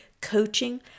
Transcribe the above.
coaching